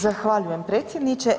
Zahvaljujem, predsjedniče.